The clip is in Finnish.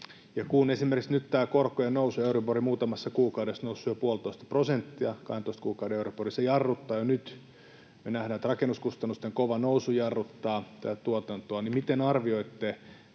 Kun esimerkiksi nyt on tämä korkojen nousu ja euribor muutamassa kuukaudessa on noussut jo puolitoista prosenttia, 12 kuukauden euribor, se jarruttaa jo nyt, ja me nähdään, että rakennuskustannusten kova nousu jarruttaa tuotantoa. Miten arvioitte